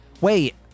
Wait